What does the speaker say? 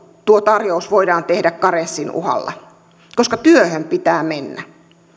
tuo tarjous voidaan tehdä karenssin uhalla koska työhön pitää mennä